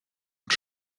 und